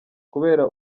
kubera